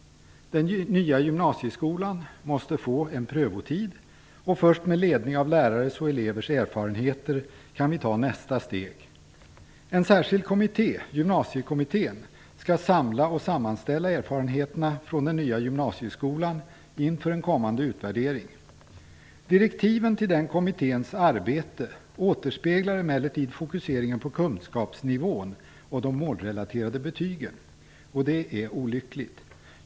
Den nya gymnasieskolan måste få en prövotid. Först med ledning av lärarnas och elevernas erfarenheter kan vi ta nästa steg. En särskild kommitté, Gymnasiekommittén, skall samla och sammanställa erfarenheterna från den nya gymnasieskolan inför en kommande utvärdering. Direktiven till denna kommittés arbete återspeglar emellertid fokuseringen på kunskapsnivån och de målrelaterade betygen, och det är olyckligt.